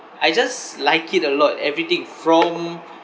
I just like it a lot everything from